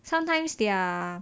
sometimes they're